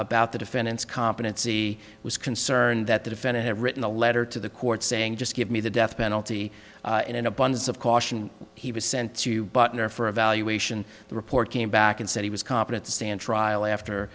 about the defendant's competency was concerned that the defendant had written a letter to the court saying just give me the death penalty in an abundance of caution he was sent to butner for evaluation the report came back and said he was competent to stand trial after